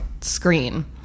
screen